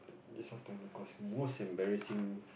this one most embarrassing